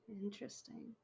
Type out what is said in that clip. interesting